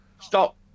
Stop